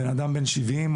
בן אדם בן 70,